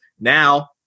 now